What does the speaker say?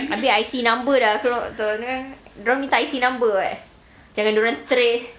tapi I_C number dah keluar dorang minta I_C number [what] jangan dorang trace